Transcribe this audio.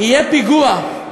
יהיה פיגוע,